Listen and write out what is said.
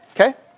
Okay